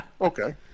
Okay